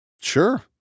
Sure